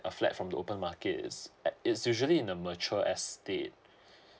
a flat from the open market is it's usually in a mature estate